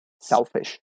selfish